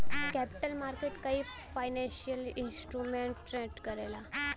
capital market कई financial instrument trade करला